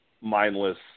mindless